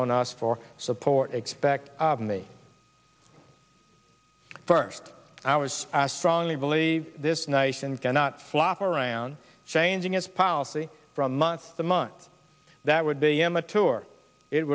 on us for support expect in the first hours strongly believe this nation cannot flop around changing its policy from month to month that would be a mature it